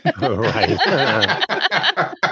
Right